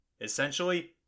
Essentially